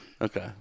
Okay